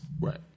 Right